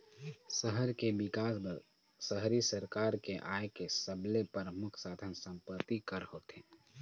सहर के बिकास बर शहरी सरकार के आय के सबले परमुख साधन संपत्ति कर होथे